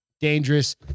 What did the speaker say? dangerous